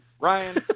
Ryan